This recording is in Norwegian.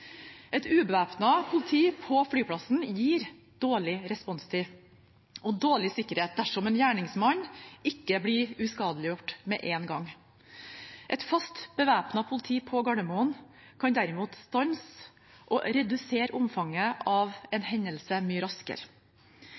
Et ubevæpnet politi på flyplassen gir dårlig responstid og dårlig sikkerhet dersom en gjerningsmann ikke blir uskadeliggjort med en gang. Et fast bevæpnet politi på Gardermoen kan derimot stanse og redusere omfanget av en hendelse mye raskere.